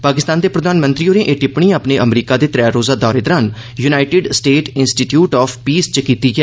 पाकिस्तान द प्रधानमंत्री होरें ए टिप्पणी अपन अमरीका द त्रै रोजा दौर दौरान 'United States Institute of Peace' च कीती ऐ